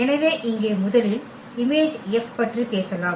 எனவே இங்கே முதலில் Im பற்றி பேசலாம்